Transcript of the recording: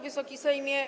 Wysoki Sejmie!